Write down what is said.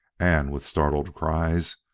and, with startled cries,